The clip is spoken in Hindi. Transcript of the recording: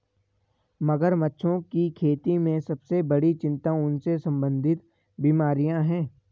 मगरमच्छों की खेती में सबसे बड़ी चिंता उनसे संबंधित बीमारियां हैं?